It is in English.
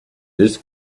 this